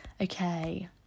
okay